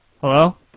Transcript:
Hello